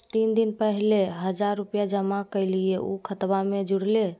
तीन दिन पहले हजार रूपा जमा कैलिये, ऊ खतबा में जुरले?